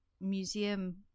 museum